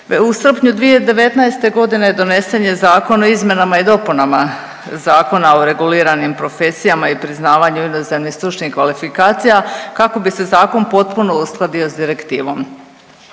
U srpnju 2019.g. donesen je Zakon o izmjenama i dopunama Zakon o reguliranim profesijama i priznavanju inozemnih stručnih kvalifikacija kako bi se zakon potpuno uskladio s direktivom.